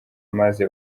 maze